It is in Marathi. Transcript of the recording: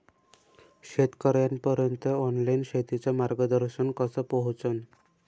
शेतकर्याइपर्यंत ऑनलाईन शेतीचं मार्गदर्शन कस पोहोचन?